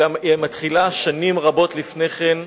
היא מתחילה שנים רבות לפני כן,